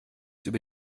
über